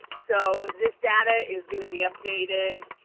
so, this data is going to be updated.